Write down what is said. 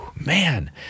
Man